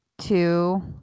two